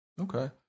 Okay